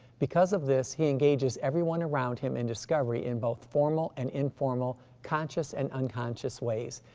because of this he engages everyone around him and discovery in both formal and informal, conscious and unconscious ways.